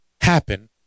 happen